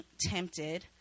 tempted